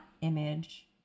image